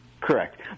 Correct